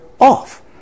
off